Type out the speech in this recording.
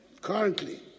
Currently